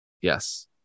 Yes